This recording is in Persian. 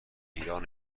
ایران